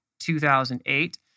2008